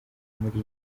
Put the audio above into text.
muri